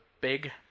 big